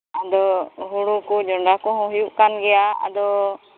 ᱟᱫᱚ ᱦᱩᱲᱩ ᱠᱚ ᱡᱚᱱᱰᱨᱟ ᱠᱚᱦᱚᱸ ᱦᱩᱭᱩᱜ ᱠᱟᱱ ᱜᱮᱭᱟ ᱟᱫᱚ